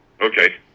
Okay